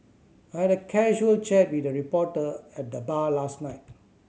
I had a casual chat with a reporter at the bar last night